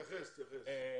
אפשר להתייחס מטעם הקרן?